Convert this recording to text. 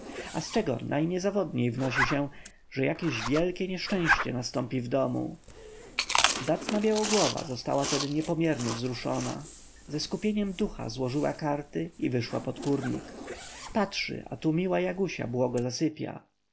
a z czego najniezawodniej wnosi się że jakieś wielkie nieszczęście nastąpi w domu zacna białogłowa została tedy niepomiernie wzruszona ze skupieniem ducha złożyła karty i wyszła pod kurnik patrzy a tu miła jagusia błogo zasypia